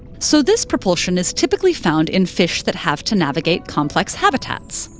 so this propulsion is typically found in fish that have to navigate complex habitats.